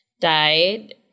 Died